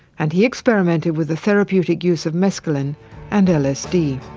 and he experimented with the therapeutic use of mescaline and lsd.